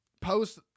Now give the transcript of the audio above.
post